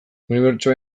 unibertsoa